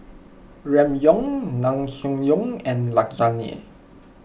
Ramyeon Naengmyeon and Lasagne